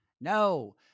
No